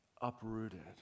uprooted